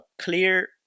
clear